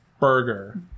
burger